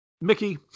Mickey